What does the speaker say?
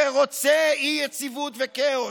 שרוצה אי-יציבות וכאוס.